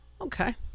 Okay